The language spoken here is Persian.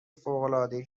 فوقالعادهای